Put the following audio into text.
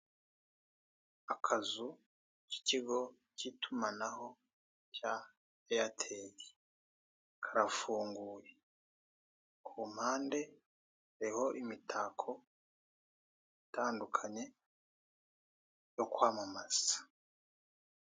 Akazu k'ikigo cy'itumanaho cya eyateri karafunguye; ku mpande, hariho imitako itandukanye yo kwamamaza.